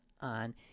on